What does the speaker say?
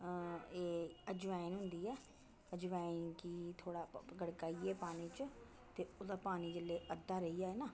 एह् अजवाईन होंदी ऐ अजवाईन गी थोह्ड़ा गड़काइयै पानी च ते ओह्दा पानी जेल्लै अद्धा रेही जाए ना